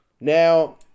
Now